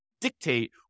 dictate